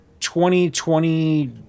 2020